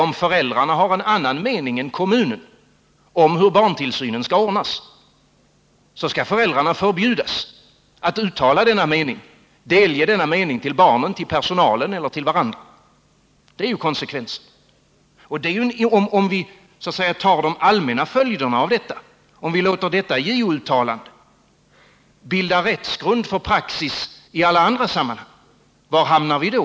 Om föräldrarna har en annan mening än kommunen om hur barntillsynen skall ordnas skall alltså föräldrarna förbjudas att uttala denna mening, att delge barnen, personalen eller varandra denna mening. Det är konsekvensen. Om vi låter detta JO-uttalande bilda rättsgrund för praxis i alla andra sammanhang, var hamnar vi då?